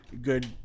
good